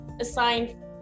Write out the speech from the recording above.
assigned